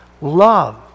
love